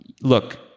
Look